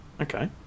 okay